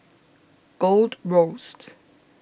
Gold Roast